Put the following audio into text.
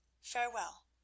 farewell